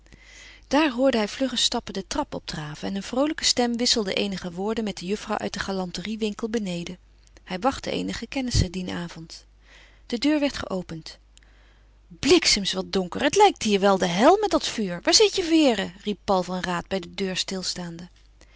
daar hoorde hij vlugge stappen de trap opdraven en een vroolijke stem wisselde eenige woorden met de juffrouw uit den galanteriewinkel beneden hij wachtte eenige kennissen dien avond de deur werd geopend bliksems wat donker het lijkt hier wel de hel met dat vuur waar zit je vere riep paul van raat bij de deur stilstaande